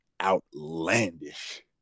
outlandish